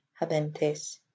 habentes